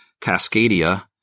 Cascadia